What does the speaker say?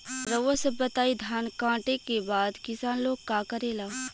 रउआ सभ बताई धान कांटेके बाद किसान लोग का करेला?